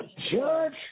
Judge